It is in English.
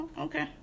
Okay